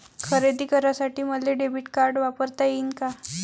खरेदी करासाठी मले डेबिट कार्ड वापरता येईन का?